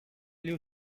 you